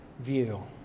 view